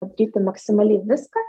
padaryti maksimaliai viską